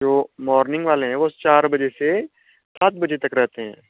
जो मोरनिंग वाले हैं वह चार बजे से सात बजे तक रहते हैं